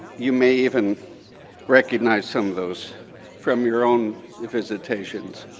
you may even recognize some of those from your own visitations.